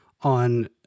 on